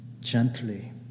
gently